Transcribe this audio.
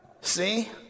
See